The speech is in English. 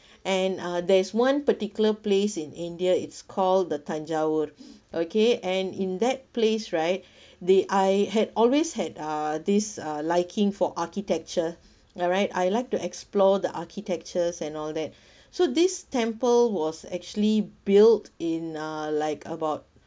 and uh there's one particular place in india it's called the thanjavur okay and in that place right the I had always had uh this uh liking for architecture alright I'd like to explore the architectures and all that so this temple was actually built in uh like about